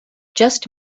just